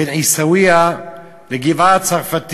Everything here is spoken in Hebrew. בין עיסאוויה לגבעה-הצרפתית,